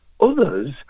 Others